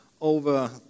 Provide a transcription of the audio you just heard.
over